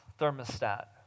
thermostat